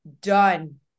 done